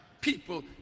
people